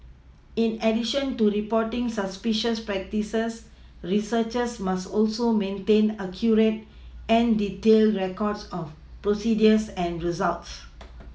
in addition to reporting suspicious practices researchers must also maintain accurate and detailed records of procedures and results